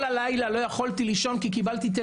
כל הלילה לא יכולתי לישון כי קיבלתי שיחות